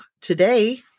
today